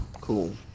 cool